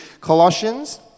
Colossians